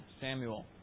Samuel